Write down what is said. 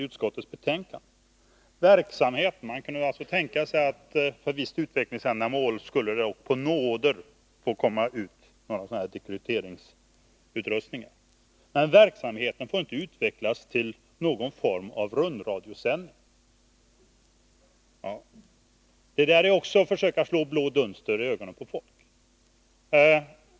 Majoriteten kan alltså tänka sig att för visst utvecklingsändamål skulle det i nåder kunna tillåtas att dekrypteringsutrustning tillhandahålls, men verksamheten får inte ”utvecklas till någon form av rundradiosändning”. Det där är också att försöka slå blå dunster i ögonen på folk.